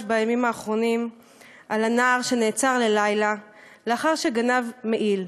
בימים האחרונים על הנער שנעצר ללילה לאחר שגנב מעיל.